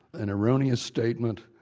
an erroneous statement,